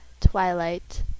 Twilight